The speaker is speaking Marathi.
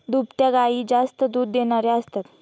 दुभत्या गायी जास्त दूध देणाऱ्या असतात